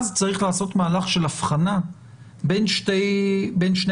אז צריך לעשות מהלך של הבחנה בין שני האלמנטים.